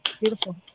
beautiful